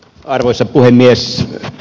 arvoisa puhemies